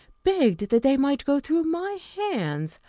begged that they might go through my hands.